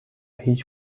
هیچ